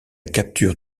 capture